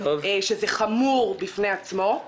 שזה חמור בפני עצמו.